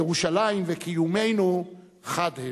ירושלים וקיומנו חד הם.